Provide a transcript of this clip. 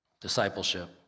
discipleship